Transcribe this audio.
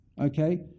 Okay